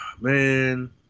man